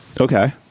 Okay